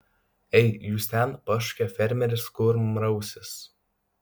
ei jūs ten pašaukė fermeris kurmrausis